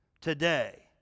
today